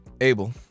Abel